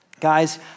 Guys